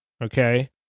okay